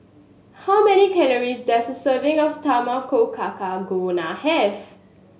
how many calories does a serving of Tamago Kake have